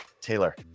Taylor